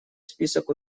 список